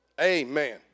Amen